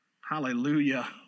Hallelujah